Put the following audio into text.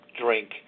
drink